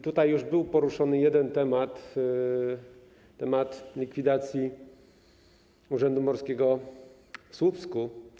Tutaj już był poruszony jeden temat, temat likwidacji Urzędu Morskiego w Słupsku.